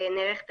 ונערכת